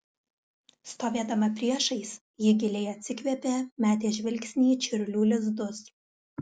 stovėdama priešais ji giliai atsikvėpė metė žvilgsnį į čiurlių lizdus